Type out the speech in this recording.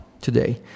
today